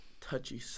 touchy